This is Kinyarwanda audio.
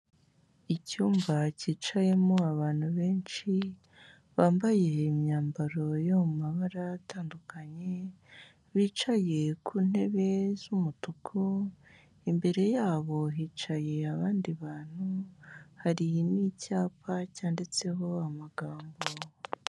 Icyumba cyicayemo abantu benshi, bambaye imyambaro yo mu mabara atandukanye, bicaye ku ntebe z'umutuku, imbere yabo hicaye abandi bantu hari n'icyapa cyanditseho amagambo.